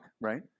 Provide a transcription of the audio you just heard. right